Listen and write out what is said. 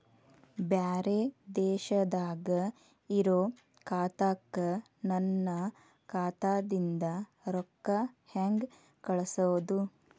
ಬ್ಯಾರೆ ದೇಶದಾಗ ಇರೋ ಖಾತಾಕ್ಕ ನನ್ನ ಖಾತಾದಿಂದ ರೊಕ್ಕ ಹೆಂಗ್ ಕಳಸೋದು?